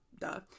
duh